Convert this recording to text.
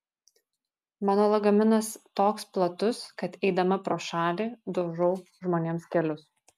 mano lagaminas toks platus kad eidama pro šalį daužau žmonėms kelius